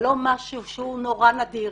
זה לא משהו שהוא נורא נדיר,